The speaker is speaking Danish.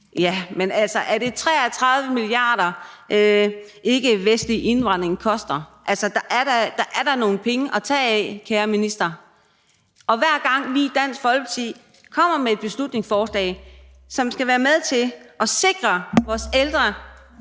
Jamen er det ikke 33 mia. kr., som ikkevestlig indvandring koster? Altså, der er da nogle penge at tage af, kære minister. Hver gang vi i Dansk Folkeparti kommer med et beslutningsforslag, som skal være med til at sikre vores ældre